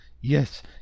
Yes